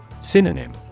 Synonym